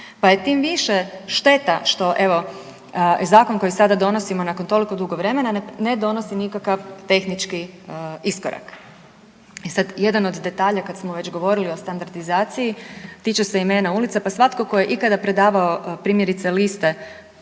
pa je tim više šteta što, evo i zakon koji sada donosimo, nakon toliko dugo vremena, ne donosi nikakav tehnički iskorak. E sad, jedan od detalja kad smo već govorili o standardizaciji, tiče se imena ulica pa svatko tko je ikada predavao, primjerice liste